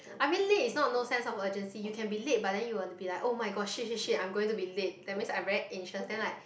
I mean late is not no sense of urgency you can be late but then you wanna be like oh-my-god shit shit shit I'm going to be late that means I very anxious then I